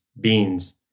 beans